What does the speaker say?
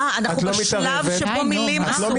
אנחנו בשלב שבו מילים אסורות?